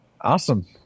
Awesome